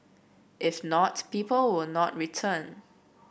if not people will not return